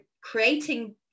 creating